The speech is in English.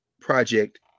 project